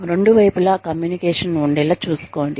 రెండు వైపుల కమ్యూనికేషన్ ఉండేలా చూసుకోండి